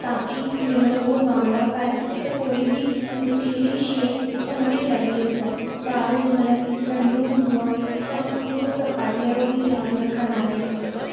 ताकी जंहिंमहिल उहो बांबड़ा पाए त कोई बि नुकीली शइ हुन खे लॻेसि न ॿारु जंहिंमहिल नंढो हूंदो आहे त असां पूरो सफ़ाईअ जो बि ध्यानु रखंदा आहियूं